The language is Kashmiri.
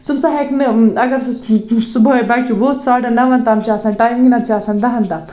سُہ نہ سا ہٮ۪کہِ نہٕ اگر سُہ صُبحٲے بَچہٕ وۄتھ ساڑَن نَوَن تام چھِ آسان ٹایمِنٛگ نَتہٕ چھِ آسان دَہَن تام